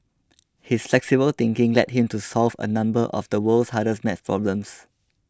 his flexible thinking led him to solve a number of the world's hardest math problems